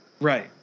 Right